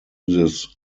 this